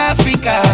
Africa